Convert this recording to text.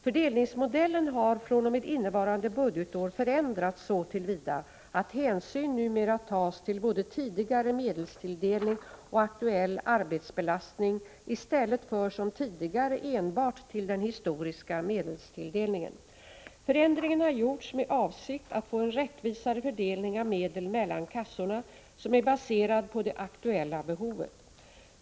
Fördelningsmodellen har fr.o.m. innevarande budgetår förändrats så till vida att hänsyn numera tas till både tidigare medelstilldelning och aktuell arbetsbelastning i stället för som tidigare enbart till den historiska medelstilldelningen. Förändringen har gjorts med avsikt att få en rättvisare fördelning av medel mellan kassorna som är baserad på det aktuella behovet.